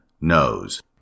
knows